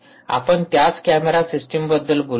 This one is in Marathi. आपण त्याच कॅमेरा सिस्टमबद्दल बोलत आहात